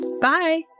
Bye